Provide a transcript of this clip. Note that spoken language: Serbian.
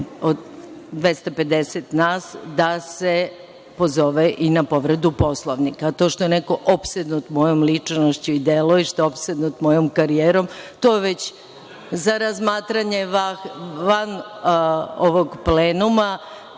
od 250 nas, da se pozove i na povredu Poslovnika. To što je neko opsednut mojom ličnošću i delom i što je opsednut mojom karijerom, to je već za razmatranje van ovog plenuma.